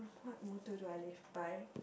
what motto do I live by